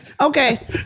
Okay